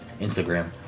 Instagram